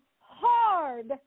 hard